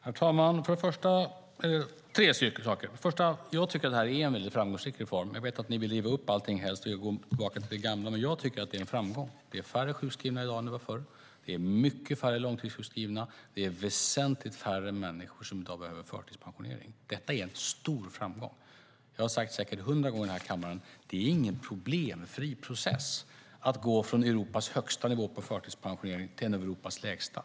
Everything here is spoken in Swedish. Herr talman! Jag har tre saker att säga. Först och främst tycker jag att detta är en framgångsrik reform. Jag vet att ni helst vill riva upp allting och gå tillbaka till det gamla, men jag tycker att det är en framgång. Det är färre sjukskrivna i dag än det var förr. Det är mycket färre långtidssjukskrivna. Det är väsentligt färre människor som i dag behöver förtidspensionering. Detta är en stor framgång. Jag har säkert sagt hundra gånger i den här kammaren att det inte är någon problemfri process att gå från Europas högsta nivå på förtidspensionering till en av Europas lägsta.